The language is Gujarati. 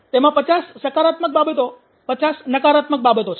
તેમાં પચાસ સકારાત્મક બાબતો પચાસ નકારાત્મક બાબતો છે